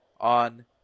on